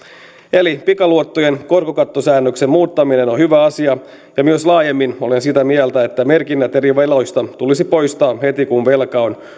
eli pikaluottojen korkokattosäännöksen muuttaminen on on hyvä asia ja myös laajemmin olen sitä mieltä että merkinnät eri veloista tulisi poistaa heti kun velka on